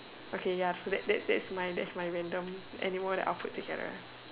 okay ya so that's that's that's my that's my random animal that I'll put together